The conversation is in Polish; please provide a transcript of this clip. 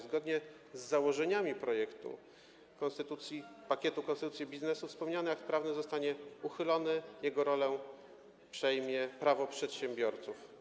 Zgodnie z założeniami projektu konstytucji, pakietu konstytucja biznesu, wspomniany akt prawny zostanie uchylony, a jego rolę przejmie Prawo przedsiębiorców.